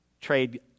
trade